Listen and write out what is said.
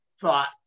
thought